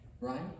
Right